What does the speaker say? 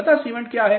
मृदा सीमेंट क्या है